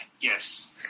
Yes